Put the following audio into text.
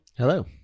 hello